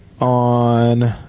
on